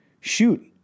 shoot